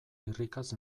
irrikaz